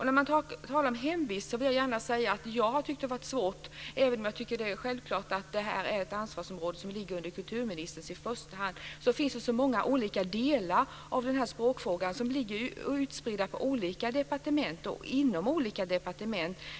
När man talar om hemvist vill jag gärna säga att jag har tyckt att det som gjort frågan svår - även om jag tycker att det här självklart är ett ansvarsområde för i första hand kulturministern - är att det finns så många olika delar av språkfrågan som ligger utspridda på olika departement och inom olika departement.